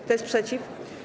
Kto jest przeciw?